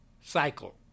Cycle